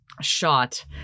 shot